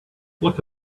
look